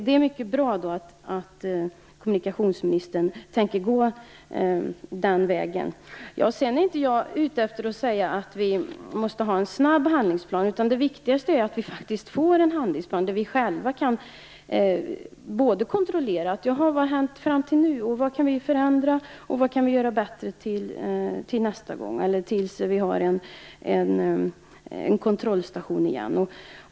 Det är mycket bra att kommunikationsministern tänker gå den vägen. Sedan är inte jag ute efter att säga att vi måste ha en snabb handlingsplan. Det viktigaste är att vi faktiskt får en handlingsplan där vi själva kan kontrollera vad som har hänt fram till nu, vad vi kan förändra och göra bättre till nästa gång eller tills vi har en kontrollstation igen.